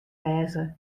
wêze